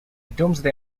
domesday